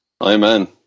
Amen